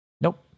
Nope